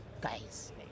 guys